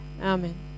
Amen